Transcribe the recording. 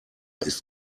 ist